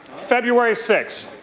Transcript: february sixth,